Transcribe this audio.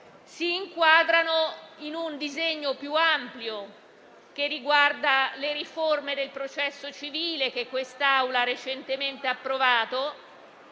si inquadrano in un disegno più ampio, che riguarda la riforma del processo civile, che questa Assemblea ha recentemente approvato,